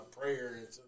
prayer